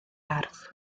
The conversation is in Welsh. ardd